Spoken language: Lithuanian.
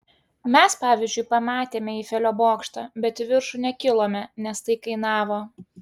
mes pavyzdžiui pamatėme eifelio bokštą bet į viršų nekilome nes tai kainavo